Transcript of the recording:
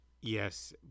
Yes